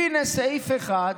הינה, סעיף 1,